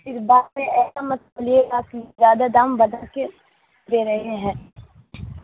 بعد میں ایسا مت بولیے گا کہ زیادہ دام بتا کے لے رہے ہیں